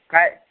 काय